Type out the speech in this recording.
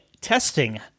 testing